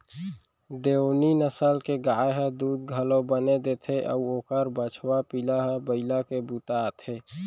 देओनी नसल के गाय ह दूद घलौ बने देथे अउ ओकर बछवा पिला ह बइला के बूता आथे